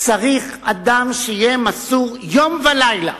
צריך אדם שיהיה מסור יום ולילה